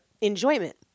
enjoyment